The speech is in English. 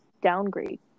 downgrade